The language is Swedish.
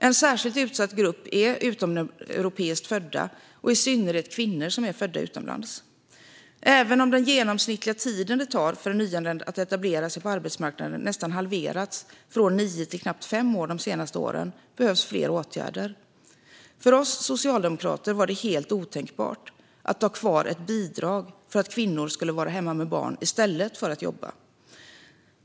En särskilt utsatt grupp är utomeuropeiskt födda, i synnerhet kvinnor som är födda utomlands. Även om den genomsnittliga tid det tar för en nyanländ att etablera sig på arbetsmarknaden nästan halverats från nio till knappt fem år de senaste åren behövs fler åtgärder. För oss socialdemokrater var det helt otänkbart att ha kvar ett bidrag för att kvinnor skulle vara hemma med barn i stället för att jobba.